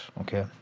okay